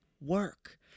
work